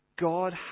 God